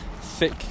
thick